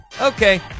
okay